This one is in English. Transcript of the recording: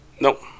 Nope